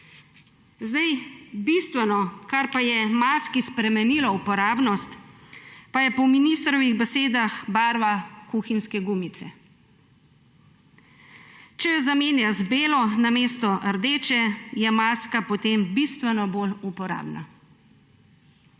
gumic. Bistveno, kar je maski spremenilo uporabnost, pa je po ministrovih besedah barva kuhinjske gumice. Če jo zamenja z belo namesto rdeče, je maska potem bistveno bolj uporabna.